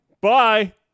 bye